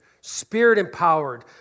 Spirit-empowered